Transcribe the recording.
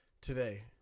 today